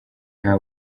nta